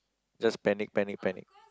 just panic panic panic